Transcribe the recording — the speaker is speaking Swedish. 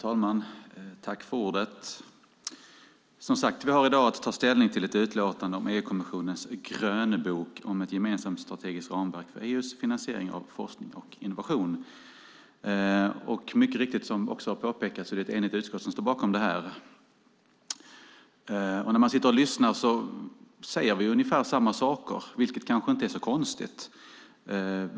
Herr talman! Vi har som sagt i dag att ta ställning till ett utlåtande om EU-kommissionens grönbok om ett gemensamt strategiskt ramverk för EU:s finansiering av forskning och innovation. Som mycket riktigt påpekats är det ett enigt utskott som står bakom detta. Vi som debatterar säger ungefär samma saker, vilket kanske inte är så konstigt.